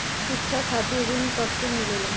शिक्षा खातिर ऋण कब से मिलेला?